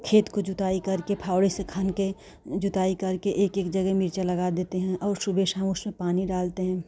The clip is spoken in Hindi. खेत की जुताई करके फावड़े से खानकर जुताई करके एक एक जगह मिर्चा लगा देते हैं और सुबह शाम उसमें पानी डालते हैं